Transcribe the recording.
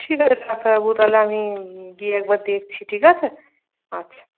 ঠিক আছে ডাক্তারবাবু তাহলে আমি গিয়ে একবার দেখছি ঠিক আছে আচ্ছা